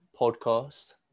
podcast